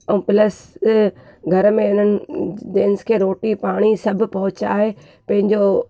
ऐं प्लस घर में इन्हनि जेंट्स खे रोटी पाणी सभु पहुचाए पंहिंजो